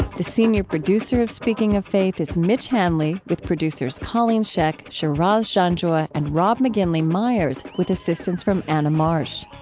the senior producer of speaking of faith is mitch hanley, with producers colleen scheck, shiraz janjua, and rob mcginley myers, with assistance from anna marsh.